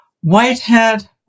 Whitehead